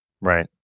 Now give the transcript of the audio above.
Right